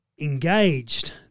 engaged